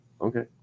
Okay